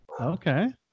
Okay